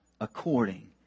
according